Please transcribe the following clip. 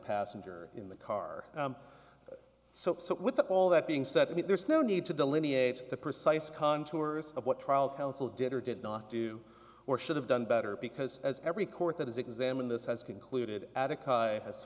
passenger in the car so with all that being said there's no need to delineate the precise contours of what trial counsel did or did not do or should have done better because as every court that has examine this has concluded